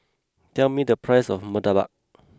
tell me the price of murtabak